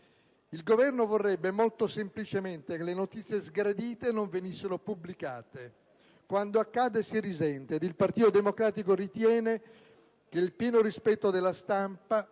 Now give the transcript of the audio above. Il Governo vorrebbe molto semplicemente che le notizie sgradite non venissero pubblicate. Quando accade, si risente. Il Partito Democratico ritiene che il pieno rispetto della stampa,